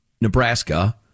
Nebraska